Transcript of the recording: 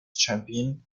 champion